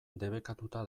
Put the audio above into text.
debekatuta